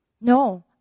No